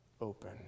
open